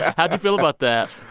how'd you feel about that?